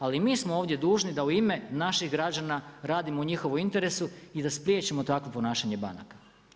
Ali vi smo ovdje dužni, da u ime naših građana radimo u njihovom interesu i da spriječimo takvo ponašanje banaka.